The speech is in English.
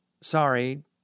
Sorry